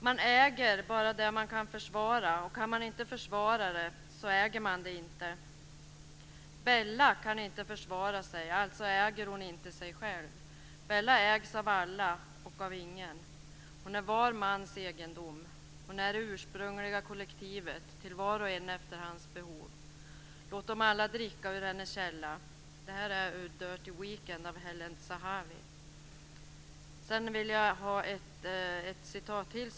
Man äger bara det man kan försvara, och kan man inte försvara det äger man det inte. Bella kan inte försvara sig, alltså äger hon inte sig själv. Bella ägs av alla och av ingen. Hon är var mans egendom. Hon är det ursprungliga kollektivet, till var och en efter hans behov. Låtom alla dricka ur hennes källa! Detta avsnitt är ur Dirty Weekend av Helen Zahavi. Sedan vill jag ta ett citat till.